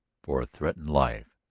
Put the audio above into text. for a threatened life.